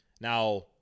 Now